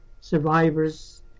survivors